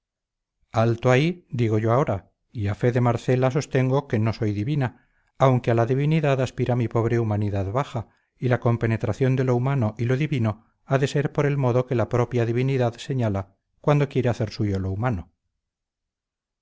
alto ahí digo yo ahora y a fe de marcela sostengo que no soy divina aunque a la divinidad aspira mi pobre humanidad baja y la compenetración de lo humano y lo divino ha de ser por el modo que la propia divinidad señala cuando quiere hacer suyo lo humano